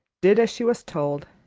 did as she was told,